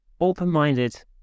open-minded